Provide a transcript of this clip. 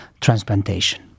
transplantation